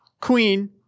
queen